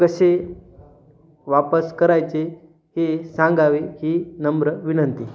कसे वापस करायचे हे सांगावे ही नम्र विनंती